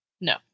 No